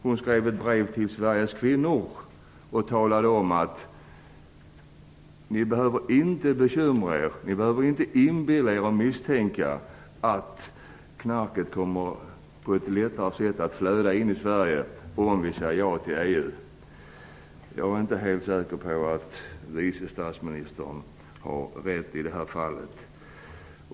Hon skrev ett brev till Sveriges kvinnor och talade om att: Ni behöver inte bekymra er, ni behöver inte inbilla er och misstänka att knarket på ett lättare sätt kommer att flöda in i Sverige om vi säger ja till EU. Jag är inte helt säker på att vice statsministern har rätt i det här fallet.